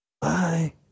Bye